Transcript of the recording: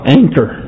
anchor